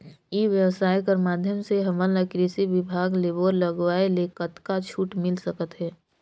ई व्यवसाय कर माध्यम से हमन ला कृषि विभाग ले बोर लगवाए ले कतका छूट मिल सकत हे?